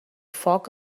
foc